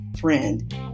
friend